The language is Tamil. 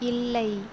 இல்லை